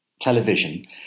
television